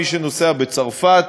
מי שנוסע בצרפת,